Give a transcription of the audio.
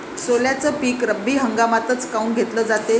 सोल्याचं पीक रब्बी हंगामातच काऊन घेतलं जाते?